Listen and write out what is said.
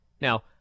Now